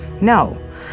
No